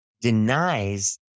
denies